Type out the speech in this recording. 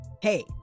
Hey